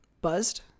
buzzed